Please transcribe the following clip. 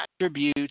attributes